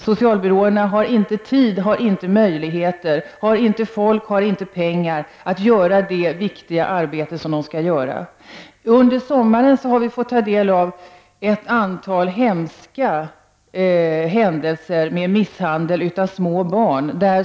Socialbyråerna har inte tid, folk och pengar att utföra det viktiga arbete som de är ålagda. Under sommaren har vi fått ta del av ett antal hemska händelser med misshandel av små barn.